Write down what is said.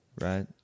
right